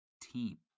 team